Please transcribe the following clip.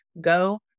go